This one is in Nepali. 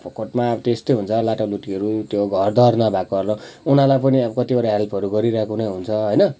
फोकटमा त्यस्तै हुन्छ लाटालुटीहरू त्यो घरद्वार नभएकोहरू उनीहरूलाई पनि कतिवटा हेल्पहरू गरिरहेको नै हुन्छ होइन